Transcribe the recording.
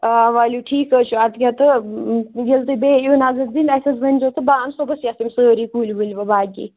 آ ؤلِو ٹھیٖک حظ چھُ اَدٕ کیٛاہ تہٕ ییٚلہِ تُہۍ بیٚیہِ یِیِو نظر دِنہِ اسہِ حظ ؤنۍزیٚو تہٕ بہٕ انہٕ صُحبَس یَتھ یِم سٲری کُلۍ وُلۍ